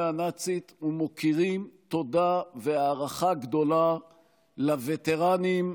הנאצית ומכירים תודה והערכה גדולה לווטרנים,